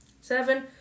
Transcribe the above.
Seven